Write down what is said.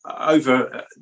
over